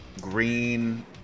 green